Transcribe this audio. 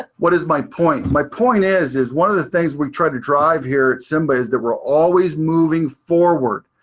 what is my point? my point is is one of the things we've tried to drive here at simba is that we're always moving forward.